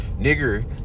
nigger